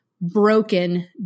broken